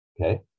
Okay